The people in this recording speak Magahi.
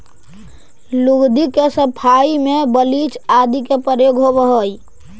लुगदी के सफाई में ब्लीच आदि के प्रयोग होवऽ हई